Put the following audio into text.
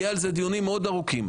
יהיו על זה דיונים מאוד ארוכים.